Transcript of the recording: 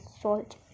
Salt